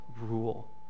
rule